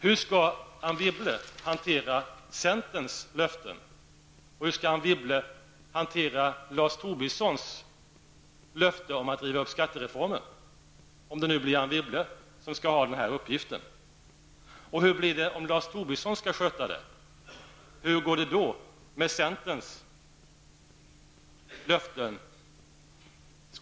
Hur skall i så fall Anne Wibble hantera centerns löften, eller Lars Tobissons löfte om att riva upp skattereformen? Och hur blir det om Lars Tobisson skall sköta det? Hur går det då med centerns löften?